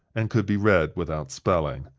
and could be read without spelling.